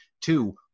Two